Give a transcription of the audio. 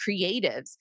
creatives